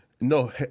No